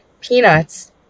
peanuts